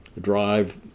drive